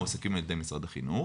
מועסקים על ידי משרד החינוך.